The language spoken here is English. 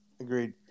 Agreed